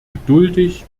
geduldig